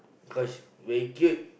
cause very cute